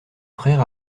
frère